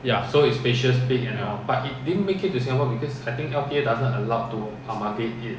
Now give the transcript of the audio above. ya ya